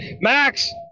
max